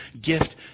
gift